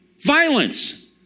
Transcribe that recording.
violence